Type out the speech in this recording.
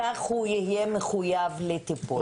ככה הוא יהיה מחויב לטיפול.